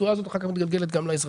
והתשואה הזאת אחר כך מתגלגלת גם לאזרחים.